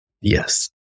Yes